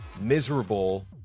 miserable